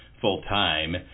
full-time